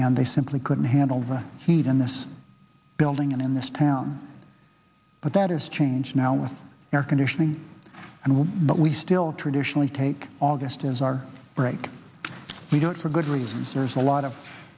and they simply couldn't handle the heat in this building and in this town but that is change now with air conditioning and with but we still traditionally take august as our break we don't for good reasons there's a lot of